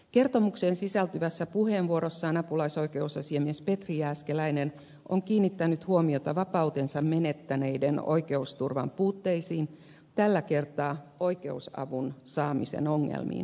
kertomukseen sisältyvässä puheenvuorossaan apulaisoikeusasiamies petri jääskeläinen on kiinnittänyt huomiota vapautensa menettäneiden oikeusturvan puutteisiin tällä kertaa oikeusavun saamisen ongelmiin